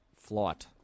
flight